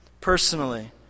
personally